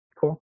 cool